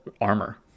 armor